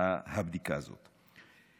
הבדיקה הזאת.